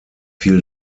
fiel